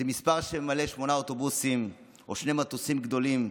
זה מספר שממלא שמונה אוטובוסים או שני מטוסים גדולים.